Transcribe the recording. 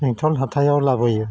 बेंटल हाथायाव लाबोयो